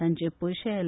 तांचे पैशे एल